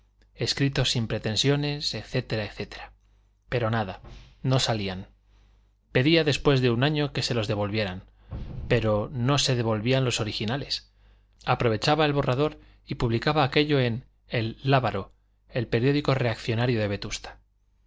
escritos sin pretensiones etc etc pero nada no salían pedía después de un año que se los devolvieran pero no se devolvían los originales aprovechaba el borrador y publicaba aquello en el lábaro el periódico reaccionario de vetusta